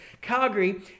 Calgary